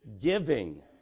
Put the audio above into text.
giving